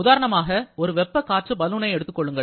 உதாரணமாக ஒரு வெப்ப காற்று பலூனை எடுத்துக்கொள்ளுங்கள்